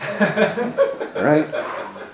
Right